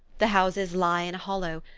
the houses lie in a hollow,